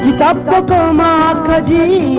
da da um ah da da